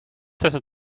tussen